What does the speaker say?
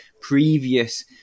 previous